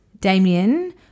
Damien